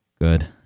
Good